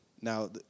Now